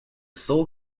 sole